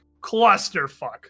clusterfuck